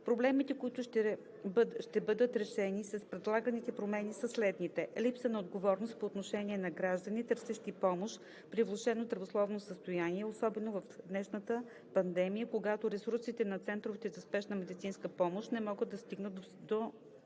Проблемите, които ще бъдат решени с предлаганите промени, са следните: - липса на отговорност по отношение на граждани, търсещи помощ при влошено здравословно състояние, особено в днешната пандемия, когато ресурсите на центровете за спешна медицинска помощ не могат да стигнат до